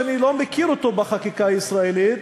שאני לא מכיר אותו בחקיקה הישראלית,